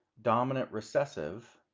dominant recessive,